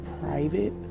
private